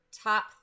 top